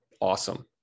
Awesome